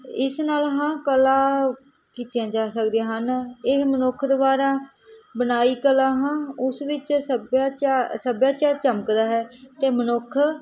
ਇਸ ਨਾਲ ਹਾਂ ਕਲਾ ਕੀਤੀਆਂ ਜਾ ਸਕਦੀਆਂ ਹਨ ਇਹ ਮਨੁੱਖ ਦੁਆਰਾ ਬਣਾਈ ਕਲਾ ਹੈ ਉਸ ਵਿੱਚ ਸੱਭਿਆਚਾਰ ਸੱਭਿਆਚਾਰ ਚਮਕਦਾ ਹੈ ਅਤੇ ਮਨੁੱਖ